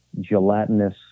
gelatinous